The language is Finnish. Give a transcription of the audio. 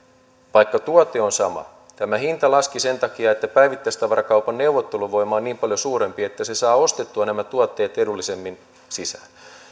vaikka tuote on sama tämä hinta laski sen takia että päivittäistavarakaupan neuvotteluvoima on niin paljon suurempi että se saa ostettua nämä tuotteet edullisemmin sisään